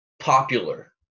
popular